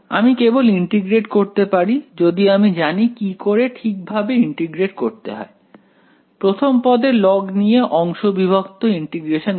আমি কেবল ইন্টিগ্রেট করতে পারি যদি আমি জানি কি করে ঠিক ভাবে ইন্টিগ্রেট করতে হয় প্রথম পদের লগ নিয়ে অংশে বিভক্ত ইন্টিগ্রেশন করে